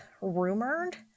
rumored